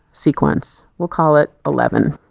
sequence, we'll call it eleven.